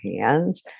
hands